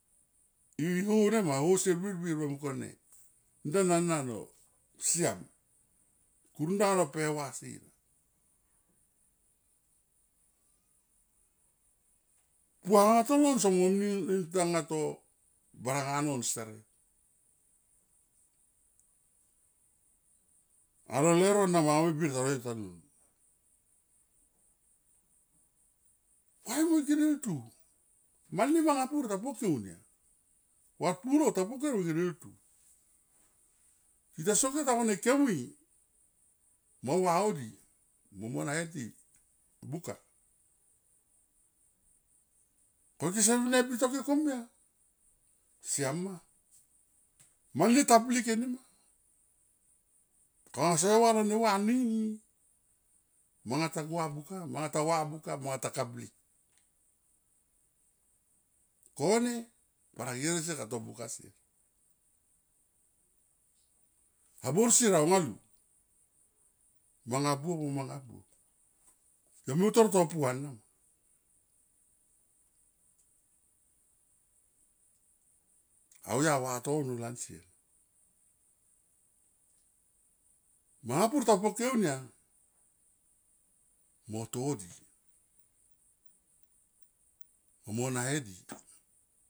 I ho nema i ho sier birbir mo mung kone ndaun ana no siam kun da no pe hua si, pua anga tova somo ni roie tanga to baranga non steret, alo leuro na manga me birta roie tanun. Why mo ike deltu mani manga pur ta poke unia, vampulo ta poke unia ne deltu. Tita soke tamun e ke mui, muau de mo mo nae di buka. Kote sem ni pi toke komia, siam ma mani ta blik enima ko anga si va lo ne va nini manga ta gua buka manga ta va buka manga ta ka blik. Kone barasi lo sier ka to buka sier, ha bar sier aunga lu manga, buop mo manga buop, yo me utor to pua na ma au ya vatono lan sier, manga pur ta poke unia mo to di mo na he di.